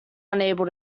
unable